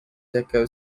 deco